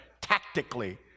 tactically